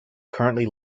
currently